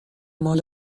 مال